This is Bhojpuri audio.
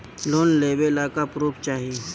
लोन लेवे ला का पुर्फ चाही?